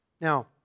Now